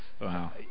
Wow